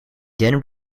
then